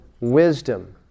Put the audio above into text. Wisdom